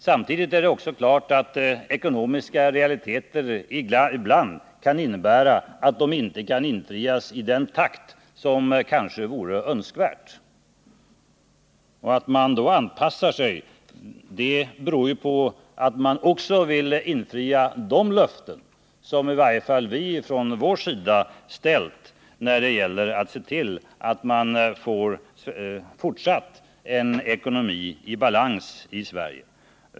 Samtidigt är det klart att de ekonomiska realiteterna ibland kan innebära att de inte kan infrias i den takt som kanske vore önskvärt. Att man då anpassar sig beror på att man också vill infria de löften som i varje fall vi ställt om en fortsatt ekonomi i balans i Sverige.